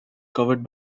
covered